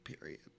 period